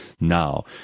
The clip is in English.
Now